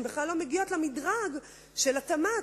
שהן בכלל לא מגיעות למדרג של התמ"ת.